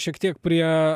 šiek tiek prie